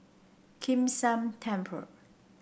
Kim San Temple